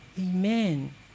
Amen